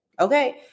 Okay